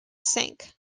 sank